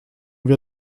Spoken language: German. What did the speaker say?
wir